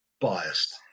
biased